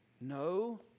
No